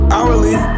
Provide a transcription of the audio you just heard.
Hourly